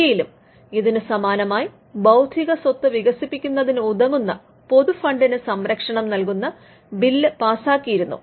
ഇന്ത്യയിലും ഇതിന് സമാനമായി ബൌദ്ധിക സ്വത്ത് വികസിപ്പിക്കുനുതകുന്ന പൊതുഫണ്ടിന് സംരക്ഷണം നൽകുന്ന ബില്ല് പാസാക്കിയിരുന്നു